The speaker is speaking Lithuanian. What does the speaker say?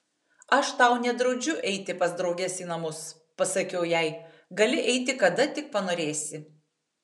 aš tau nedraudžiu eiti pas drauges į namus pasakiau jai gali eiti kada tik panorėsi